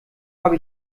habe